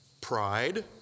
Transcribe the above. pride